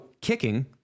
kicking